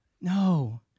No